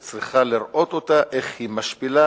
את צריכה לראות אותה איך היא משפילה,